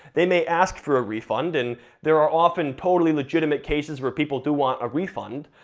they may ask for a refund, and there are often totally legitimate cases where people do want a refund,